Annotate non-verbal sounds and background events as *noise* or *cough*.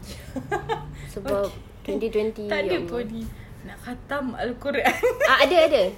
*laughs* okay tak ada pun ini nak khatam al-quran *laughs*